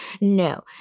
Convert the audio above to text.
No